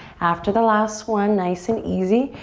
after the last one, nice and easy,